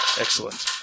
Excellent